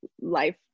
life